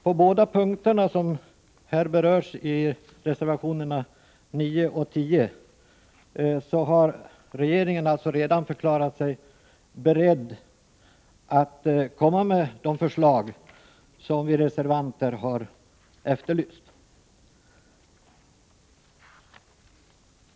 På båda de punkter som här tas upp i reservationerna 9 och 10 har regeringen alltså redan förklarat sig beredd att komma med de förslag som vi reservanter har efterlyst.